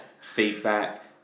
feedback